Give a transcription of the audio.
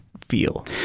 feel